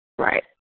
Right